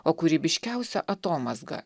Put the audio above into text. o kūrybiškiausia atomazga